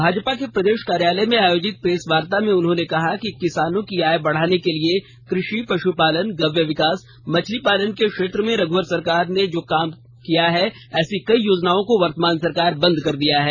भाजपा के प्रदेश कार्यालय में आयोजित प्रेस वार्ता में उन्होंने कहा कि किसानों की आय बढ़ाने के लिए कृषि पश्पालन गव्य विकास मछली पालन के क्षेत्र में रघ्वर सरकार में जो काम हो रहे थे ऐसी कई योजनाओं को वर्तमान सरकार बंद कर दिया है